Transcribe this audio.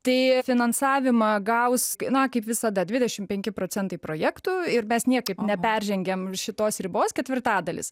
tai finansavimą gaus na kaip visada dvidešim penki procentai projektų ir mes niekaip neperžengėm šitos ribos ketvirtadalis